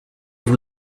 vous